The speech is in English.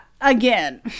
again